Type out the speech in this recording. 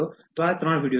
તો આ ત્રણ વીડિયો જુઓ